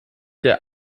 der